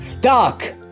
Doc